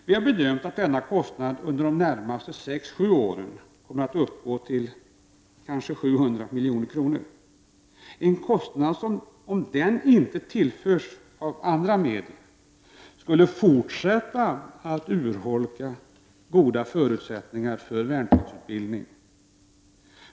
Vi har bedömt att dessa kostnader under de närmaste sex sju åren kommer att uppgå till 700 milj.kr. Om de pengarna inte tillförs av andra medel skulle den kostnaden fortsätta att urholka de goda förutsättningarna för värnpliktsutbildningen.